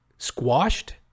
Squashed